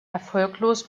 erfolglos